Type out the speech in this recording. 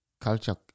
culture